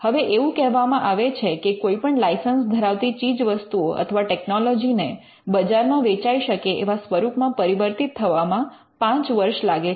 હવે એવું કહેવામાં આવે છે કે કોઈપણ લાઇસન્સ ધરાવતી ચીજવસ્તુઓ અથવા ટેકનોલોજીને બજારમાં વેચાઇ શકે એવા સ્વરૂપમાં પરિવર્તિત થવામાં પાંચ વર્ષ લાગે છે